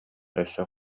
өссө